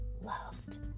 loved